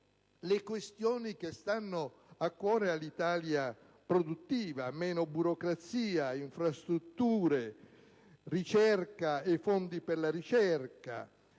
le questioni che stanno a cuore all'Italia produttiva: meno burocrazia, infrastrutture, ricerca e fondi per la ricerca,